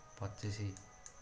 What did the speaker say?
ପଚିଶି